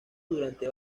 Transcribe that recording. durante